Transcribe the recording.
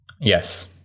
Yes